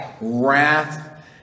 wrath